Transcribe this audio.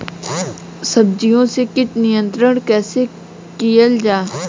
सब्जियों से कीट नियंत्रण कइसे कियल जा?